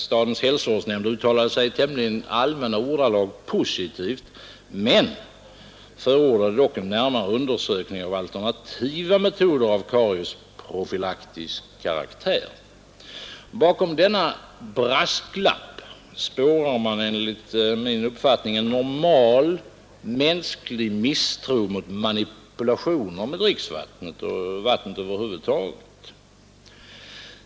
Stadens hälsovårdsnämnd uttalade sig i tämligen allmänna ordalag positivt men förordade dock en närmare undersökning om alternativa metoder av kariesprofylaktisk karaktär. Bakom denna brasklapp spårar man enligt min uppfattning en normal, mänsklig misstro mot manipulationer med dricksvattnet, och med vatten över huvud taget.